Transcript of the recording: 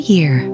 Year